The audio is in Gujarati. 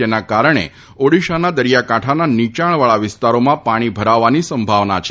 જેના કારણે ઓડીશાના દરિયાકાંઠાના નીચાણવાળા વિસ્તારોમાં પાણી ભરાવવાની સંભાવના છે